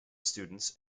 students